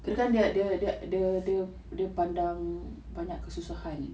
kirakan dia dia dia pandang banyak kesusahan